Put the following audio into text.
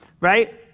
Right